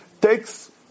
takes